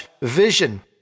vision